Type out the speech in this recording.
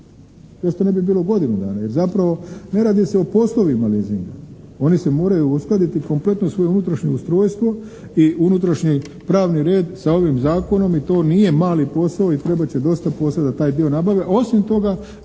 Zašto ne bi bilo godinu dana, jer zapravo ne radi se o poslovima leasinga, oni se moraju uskladiti kompletno svoje unutrašnje ustrojstvo i unutrašnji pravni red sa ovim zakonom i to nije mali posao i trebat će dosta posla da taj dio nabave,